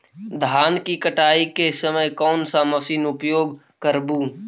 धान की कटाई के समय कोन सा मशीन उपयोग करबू?